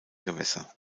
gewässer